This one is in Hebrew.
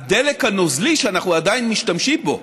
הדלק הנוזלי שאנחנו עדיין משתמשים בו,